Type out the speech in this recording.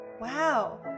wow